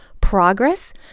progress